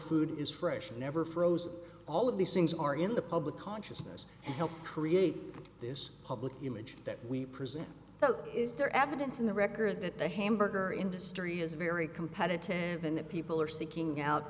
food is fresh never frozen all of these things are in the public consciousness and helped create this public image that we present so is there evidence in the record that the hamburger industry is very competitive and that people are seeking out